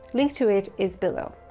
link to it is below.